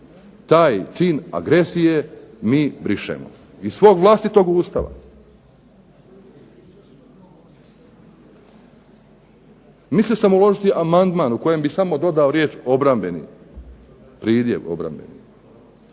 taj čin agresije mi brišemo. Iz svog vlastitog Ustava. Mislio sam uložiti amandman u kojem bi samo dodao riječ obrambeni, pridjev obrambeni,